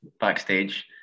backstage